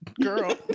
Girl